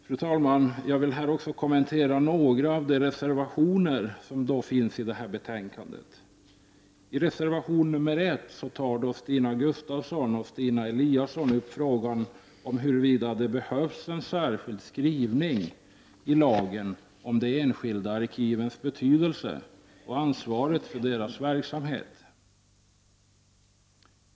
Fru talman! Jag vill här också kommentera några av de reservationer som finns fogade till betänkandet. I reservation nr 1 tar Stina Gustavsson och Stina Eliasson upp frågan huruvida det behövs en särskild skrivning i lagen om de enskilda arkivens betydelse och ansvaret för deras verksamhet.